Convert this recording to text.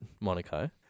Monaco